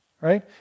right